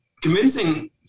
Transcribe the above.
convincing